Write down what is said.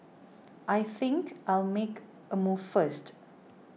I think I'll make a move first